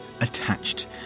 attached